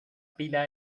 pila